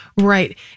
Right